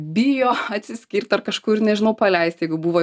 bijo atsiskirt ar kažkur nežinau paleist jeigu buvo